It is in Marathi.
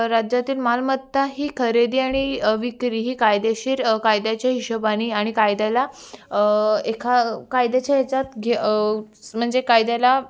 राज्यातील मालमत्ता ही खरेदी आणि विक्री ही कायदेशीर कायद्याच्या हिशोबानी आणि कायद्याला एका कायद्याच्या ह्याच्यात म्हणजे कायद्याला